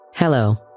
Hello